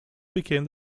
became